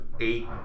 eight